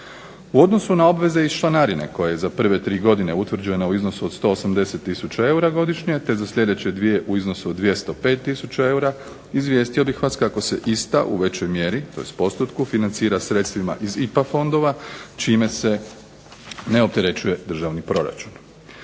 U odnosu na obveze iz članarine koja je za prve tri godine određena u iznosu od 180 tisuća eura godišnje te za sljedeće dvije u iznosu od 205 tisuća eura, izvijestio bih vas kako se ista u većoj mjeri, tj. postotku financira iz sredstava iz IPA fondova čime se ne opterećuje državni proračun.